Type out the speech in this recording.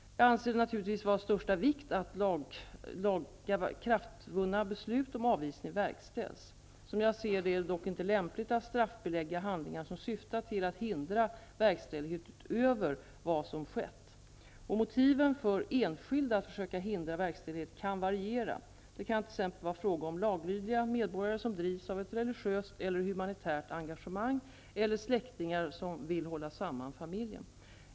Jag anser det naturligtvis vara av största vikt att lagakraftvunna beslut om avvisning verkställs. Som jag ser det är det dock inte lämpligt att straffbelägga handlingar som syftar till att hindra verkställighet utöver vad som skett. Motiven för enskilda att försöka hindra verkställighet kan variera. Det kan t.ex. vara fråga om laglydiga medborgare som drivs av ett religiöst eller humanitärt engagemang eller släktingar som vill hålla samman familjen.